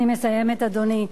אני מסיימת, אדוני.